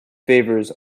favours